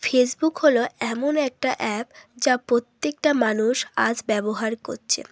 Facebook হলো এমন একটা অ্যাপ যা প্রত্যেকটা মানুষ আজ ব্যবহার করছে